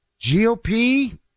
GOP